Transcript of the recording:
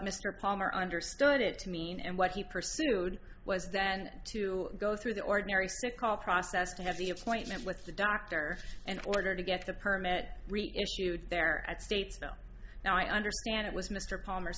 mr palmer understood it to mean and what he pursued was then to go through the ordinary so called process to have the appointment with the doctor and order to get the permit issued there at states now i understand it was mr palmer's